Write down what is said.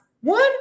One